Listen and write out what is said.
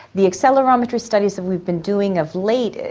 the accelerometer studies that we've been doing of late,